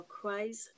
cries